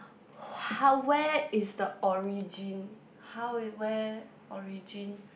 how where is the origin how where origin